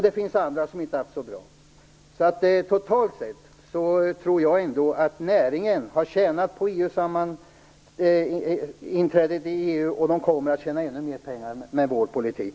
Det finns även andra som inte fått det så bra. Men totalt sett tror jag ändå att näringen har tjänat på EU-inträdet och kommer att tjäna ännu mer pengar med vår politik.